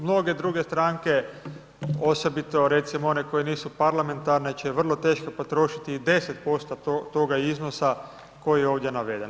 Mnoge druge stranke osobito recimo one koje nisu parlamentarne će vrlo teško potrošiti i 10% toga iznosa koji je ovdje naveden.